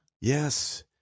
Yes